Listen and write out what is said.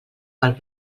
pel